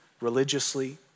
religiously